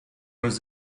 was